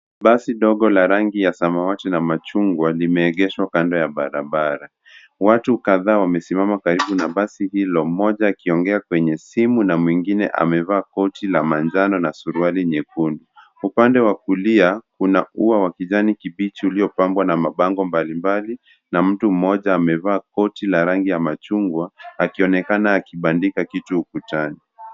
Basi dogo la rangi ya samawati na machungwa limeegeshwa kando ya barabara. Watu kadhaa wamesimama karibu na basi hilo mmoja akiongea kwenye simu na mwingine amevaa koti la manjano na suruali nyekundu. Upande wa kulia kuna ua wa kijani kibichi ulio pambwa na mabango mbalimbali na mtu mmoja amevaa koti la rangi ya machungwa akionekana akibandika kitu ukutani.